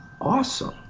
awesome